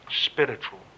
spiritual